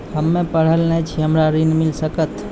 हम्मे पढ़ल न छी हमरा ऋण मिल सकत?